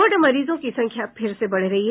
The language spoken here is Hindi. कोविड मरीजों की संख्या फिर से बढ़ रही है